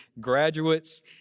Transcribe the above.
graduates